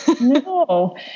No